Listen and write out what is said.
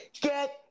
Get